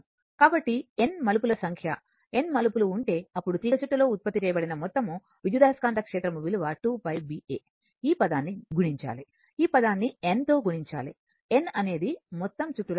కాబట్టి n మలుపుల సంఖ్య n మలుపులు ఉంటే అప్పుడు తీగచుట్టలో ఉత్పత్తి చేయబడిన మొత్తం విద్యుదయస్కాంత క్షేత్రం విలువ 2 π BA ఈ పదాన్ని గుణించాలి ఈ పదాన్ని N తో గుణించాలి N అనేది మొత్తం చుట్టు ల సంఖ్య